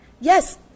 Yes